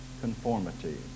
conformity